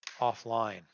offline